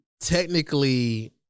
technically